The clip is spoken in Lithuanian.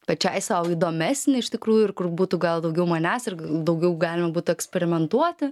pačiai sau įdomesnį iš tikrųjų ir kur būtų gal daugiau manęs ir daugiau galima būtų eksperimentuoti